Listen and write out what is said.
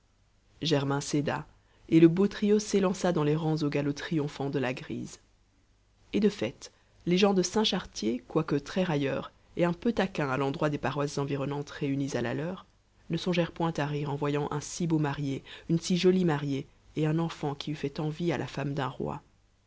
germain céda et le beau trio s'élança dans les rangs au galop triomphant de la grise et de fait les gens de saint chartier quoique très railleurs et un peu taquins à l'endroit des paroisses environnantes réunies à la leur ne songèrent point à rire en voyant un si beau marié une si jolie mariée et un enfant qui eût fait envie à la femme d'un roi